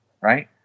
right